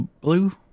blue